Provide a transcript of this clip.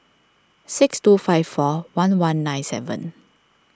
six two five four one one nine seven